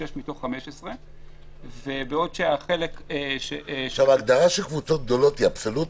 - שש מתוך 15. ההגדרה של קבוצות גדולות היא אבסולוטית?